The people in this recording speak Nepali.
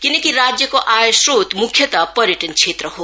किनकि राज्यको आयस्रोत मुख्यतः पर्यटन क्षेत्र हो